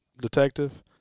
detective